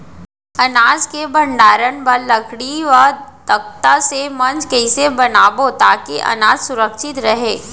अनाज के भण्डारण बर लकड़ी व तख्ता से मंच कैसे बनाबो ताकि अनाज सुरक्षित रहे?